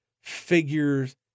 figures